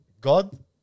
God